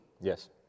Yes